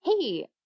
hey